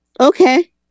Okay